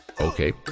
Okay